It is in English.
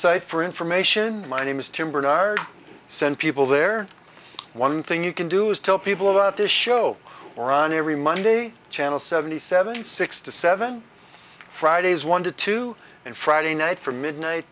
site for information my name is tim barnard sent people there one thing you can do is tell people about this show or on every monday channel seventy seven six to seven fridays one to two and friday night from midnight